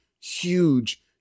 huge